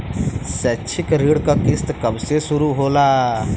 शैक्षिक ऋण क किस्त कब से शुरू होला?